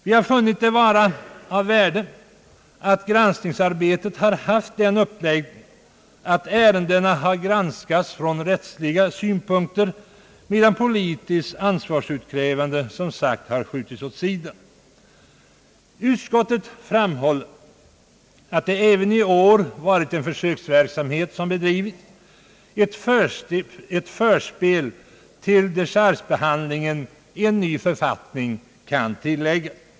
Vi har funnit det vara av värde att granskningsarbetet har haft den uppläggningen att ärendena har granskats från rättsliga synpunkter, medan politiskt ansvarskrävande som sagt har skjutits åt sidan. Utskottet framhåller att det även i år varit en försöksverksamhet som bedrivits, ett förspel till dechargebehandlingen enligt en ny författning.